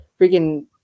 freaking